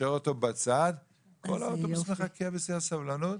קושר אותו בצד, וכל האוטובוס מחכה בשיא הסבלנות.